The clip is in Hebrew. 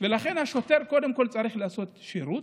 ולכן השוטר קודם כול צריך לעשות שירות,